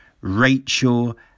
Rachel